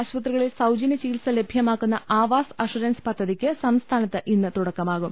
ആശുപത്രികളിൽ സൌജന്യ ചികിത്സ ലഭ്യമാക്കുന്ന ആവാസ് അഷുറൻസ് പദ്ധതിക്ക് സംസ്ഥാനത്ത് ഇന്ന് തുടക്കമാകും